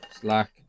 Slack